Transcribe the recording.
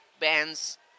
bands